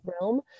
realm